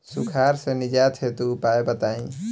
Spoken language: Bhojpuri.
सुखार से निजात हेतु उपाय बताई?